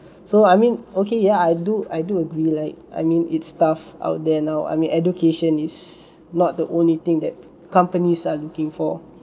so I mean okay ya I do I do agree like I mean it's tough out there now I mean education is not the only thing that companies are looking for